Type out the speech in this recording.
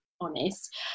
honest